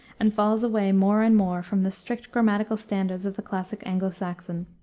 and falls away more and more from the strict grammatical standards of the classical anglo-saxon.